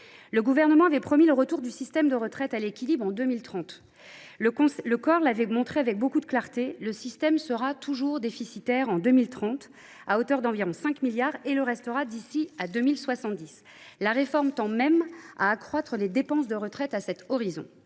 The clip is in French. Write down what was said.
Le Gouvernement avait promis le retour à l’équilibre du système de retraite en 2030. Le COR l’a montré avec beaucoup de clarté : le système sera toujours déficitaire en 2030, à hauteur d’environ 5 milliards d’euros, et le restera d’ici à 2070, la réforme tendant même à accroître les dépenses de retraites à cet horizon.